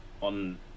on